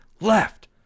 left